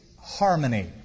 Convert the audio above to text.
harmony